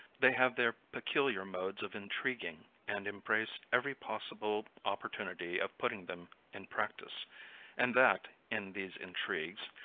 they have their peculiar modes of intriguing, and embrace every possible opportunity of putting them in practice and that, in these intrigues,